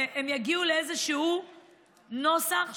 והם יגיעו לאיזשהו נוסח,